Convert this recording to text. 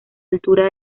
altura